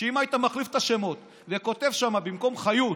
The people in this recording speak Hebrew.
שאם היית מחליף את השמות וכותב שם במקום חיות